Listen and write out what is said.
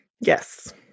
Yes